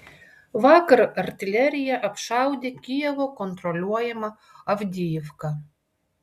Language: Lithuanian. vakar artilerija apšaudė kijevo kontroliuojamą avdijivką